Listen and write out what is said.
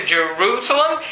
Jerusalem